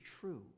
true